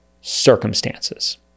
circumstances